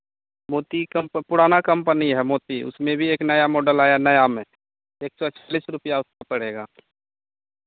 मोती कम्प पुराना कंपनी है मोती उसमें भी एक नया मोडल आया नया में एक सौ चालीस रुपैया उसको पड़ेगा